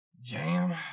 jam